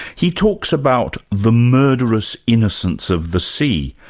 he talks about the murderous innocence of the sea,